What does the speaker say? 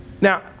Now